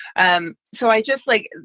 um so i just like.